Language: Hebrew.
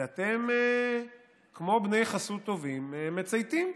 ואתם כמו בני חסות טובים מצייתים.